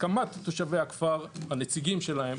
הסכמת תושבי הכפר, הנציגים שלהם,